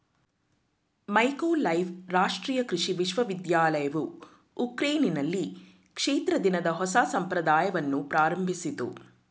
Mykolaiv ರಾಷ್ಟ್ರೀಯ ಕೃಷಿ ವಿಶ್ವವಿದ್ಯಾಲಯವು ಉಕ್ರೇನ್ನಲ್ಲಿ ಕ್ಷೇತ್ರ ದಿನದ ಹೊಸ ಸಂಪ್ರದಾಯವನ್ನು ಪ್ರಾರಂಭಿಸಿತು